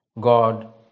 God